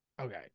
Okay